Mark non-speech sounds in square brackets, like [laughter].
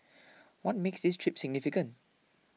[noise] what makes this trip significant